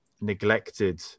neglected